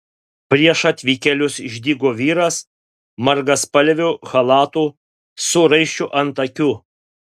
prieš atvykėlius išdygo vyras margaspalviu chalatu su raiščiu ant akių